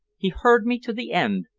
he heard me to the end,